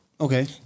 Okay